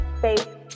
faith